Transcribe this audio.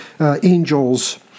angels